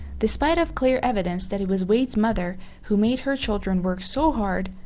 despite of clear evidence that it was wade's mother who made her children work so hard,